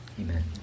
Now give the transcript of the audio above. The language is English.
Amen